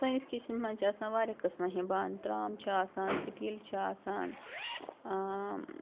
سٲنِس کِچَنس مَنٛز چھِ آسان واریاہ قٕسمن ہٕنٛدۍ بانہٕ ترٛام چھِ آسان سِٹیٖل چھِ آسان